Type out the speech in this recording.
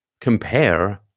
compare